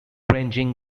ranging